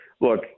Look